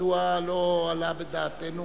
מדוע לא עלה בדעתנו